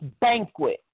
banquet